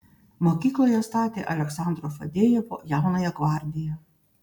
mokykloje statė aleksandro fadejevo jaunąją gvardiją